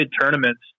tournaments